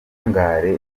n’uburangare